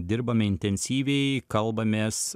dirbame intensyviai kalbamės